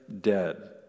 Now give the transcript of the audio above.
dead